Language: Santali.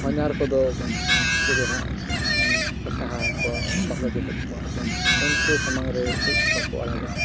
ᱦᱚᱧᱦᱟᱨ ᱠᱚᱫᱚ ᱩᱱᱠᱩᱫᱚ ᱱᱟᱜ ᱥᱟᱦᱟ ᱟᱠᱚᱣᱟ ᱵᱟᱠᱚ ᱡᱚᱴᱮᱫ ᱠᱚᱣᱟ ᱩᱱᱠᱩ ᱥᱟᱢᱟᱝ ᱨᱮ ᱩᱯ ᱵᱟᱠᱚ ᱟᱲᱟᱜᱟ